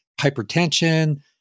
hypertension